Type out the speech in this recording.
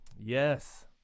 Yes